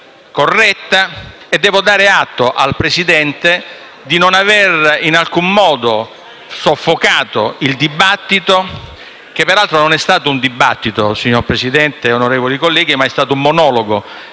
e devo dare atto al Presidente di non aver in alcun modo soffocato il dibattito, che peraltro non è stato un dibattito, signor Presidente e onorevoli colleghi, ma un monologo.